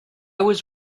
was